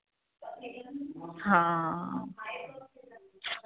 ਹਾਂ